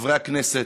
חברי הכנסת.